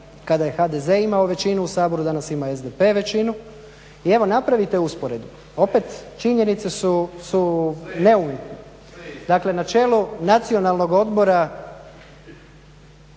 Kada je HDZ imao većinu u Saboru, danas ima SDP većinu. I evo napravite usporedbu. Opet činjenice su neumitne. Dakle, na čelu Nacionalnog odbora